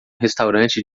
restaurante